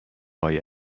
های